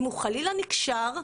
אם הוא חלילה נקשר,